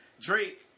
Drake